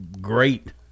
great